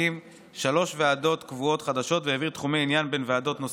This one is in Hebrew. הקים שלוש ועדות קבועות חדשות והעביר תחומי עניין בין ועדות נוספות.